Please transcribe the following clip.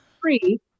three